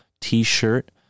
t-shirt